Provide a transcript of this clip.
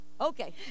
Okay